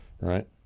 Right